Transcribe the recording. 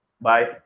bye